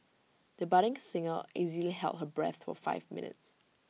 the budding singer easily held her breath for five minutes